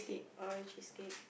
Oreo cheesecake